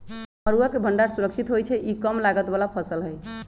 मरुआ के भण्डार सुरक्षित होइ छइ इ कम लागत बला फ़सल हइ